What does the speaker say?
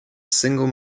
single